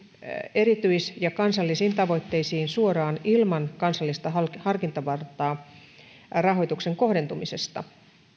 erityis ja kansallisiin tavoitteisiin suoraan ilman kansallista harkintavaltaa rahoituksen kohdentumisesta